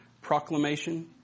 proclamation